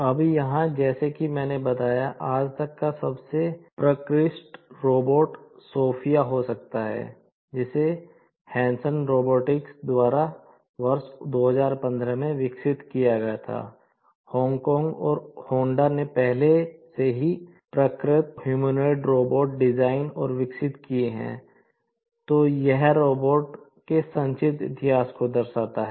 अब यहाँ जैसा कि मैंने बताया कि आज तक का सबसे परिष्कृत रोबोट के संक्षिप्त इतिहास को दर्शाता है